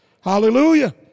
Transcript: hallelujah